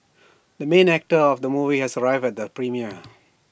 the main actor of the movie has arrived at the premiere